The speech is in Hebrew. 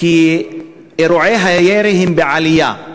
כי אירועי הירי הם בעלייה,